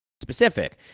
specific